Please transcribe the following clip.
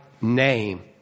name